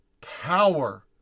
power